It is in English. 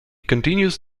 continues